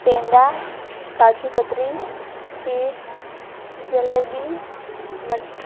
પેંડા કાજુકતરી ખીર જલેબી મઠો